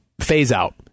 phase-out